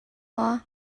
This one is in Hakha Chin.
maw